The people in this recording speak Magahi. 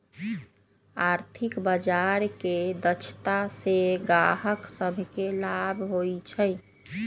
आर्थिक बजार के दक्षता से गाहक सभके लाभ होइ छइ